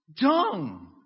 dung